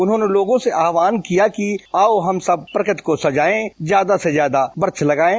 उन्होंने लोगों से आह्वान किया कि आओ हम सब प्रकृति को सजाएं ज्यादा से ज्यादा वृक्ष लगाये